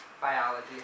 biology